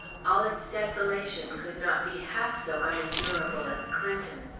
all its desolation could not be half so unendurable as clinton.